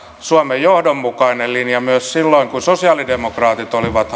suomen johdonmukainen linja myös silloin kun sosialidemokraatit olivat